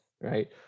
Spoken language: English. right